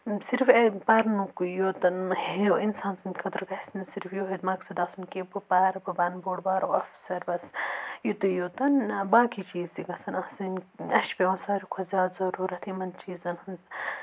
صِرف پَرنُک یوتَن اِنسان سٕنٛدِ خٲطرٕ گَژھِ نہٕ صرف یُہے مَقصد آسُن کہِ بہٕ پَر بہٕ بَنہٕ بوٚڑ بارٕ آفسر بَس یِتُے یوتَن باقٕے چیٖز تہِ گَژھَان آسٕنۍ اَسہِ چھُ پیٚوان ساروی کھۄتہٕ زیادٕ ضٔروٗرَتھ یِمن چیٖزَن ہُنٛد